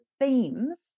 themes